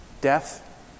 Death